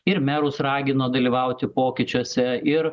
ir merus ragino dalyvauti pokyčiuose ir